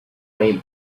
way